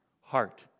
heart